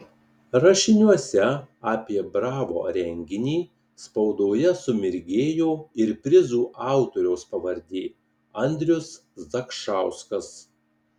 rašiniuose apie bravo renginį spaudoje sumirgėjo ir prizų autoriaus pavardė andrius zakšauskas